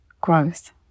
growth